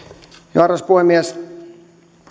joo arvoisa puhemies